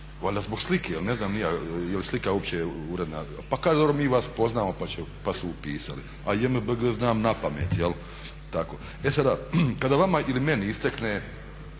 Valjda zbog slike ili ne znam ni ja jel slika uopće uredna. Pa kažu dobro mi vas poznajemo pa su upisali. A JMBG znam napamet jel'. E sada, kada vama ili meni istekne